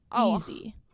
easy